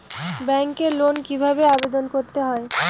ব্যাংকে লোন কিভাবে আবেদন করতে হয়?